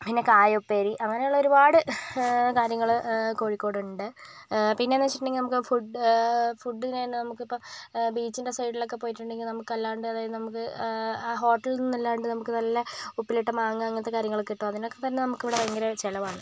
പിന്നെ കായുപ്പേരി അങ്ങനെയുള്ള ഒരുപാട് കാര്യങ്ങള് കോഴിക്കോട് ഉണ്ട് പിന്നെന്നു വെച്ചിട്ടുണ്ടെങ്കിൽ നമുക്ക് ഫുഡ് ഫുഡിനു തന്നെ നമുക്കിപ്പം ബീച്ചിൻ്റെ സൈഡിലൊക്കെ പോയിട്ടുണ്ടെങ്കിൽ നമുക്ക് അതല്ലാണ്ട് അതായത് നമുക്ക് ആ ഹോട്ടലിൽ നിന്നല്ലാണ്ട് നമുക്ക് നല്ല ഉപ്പിലിട്ട മാങ്ങ അങ്ങനത്തെ കാര്യങ്ങളൊക്കെ കിട്ടും അതിനൊക്കെ തന്നെ നമുക്കിവിടെ ഭയങ്കര ചിലവാണ്